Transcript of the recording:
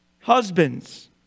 Husbands